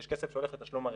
יש כסף שהולך לתשלום הריבית,